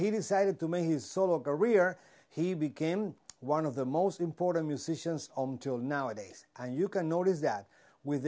he decided to make his solo career he became one of the most important musicians on till nowadays and you can notice that with